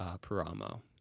Paramo